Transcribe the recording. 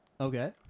Okay